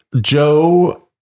Joe